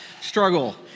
struggle